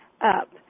up